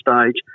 stage